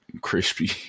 crispy